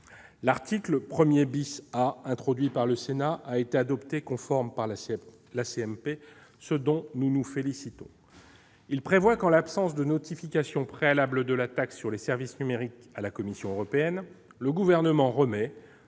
L'article 1 A, introduit par le Sénat, a été adopté conforme par la CMP, ce dont nous nous félicitons. Il prévoit que, en l'absence de notification préalable de la taxe sur les services numériques à la Commission européenne, le Gouvernement remet,